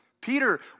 Peter